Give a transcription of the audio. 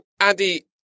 andy